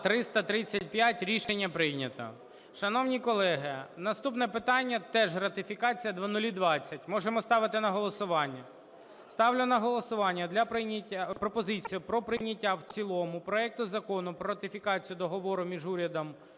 За-335 Рішення прийнято. Шановні колеги, наступне питання: теж ратифікація, 0020. Можемо ставити на голосування? Ставлю на голосування пропозицію про прийняття в цілому проекту Закону про ратифікацію Договору між Україною